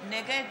נגד